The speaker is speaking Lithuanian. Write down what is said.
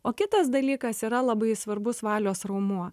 o kitas dalykas yra labai svarbus valios raumuo